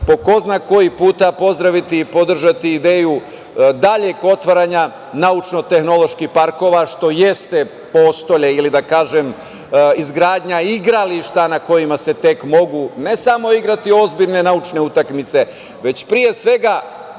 po ko zna koji put, pozdraviti i podržati ideju daljeg otvaranja naučno-tehnoloških parkova, što jeste postolje ili izgradnja igrališta na kojima se tek mogu, ne samo igrati ozbiljne naučne utakmice, već, pre svega,